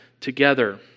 together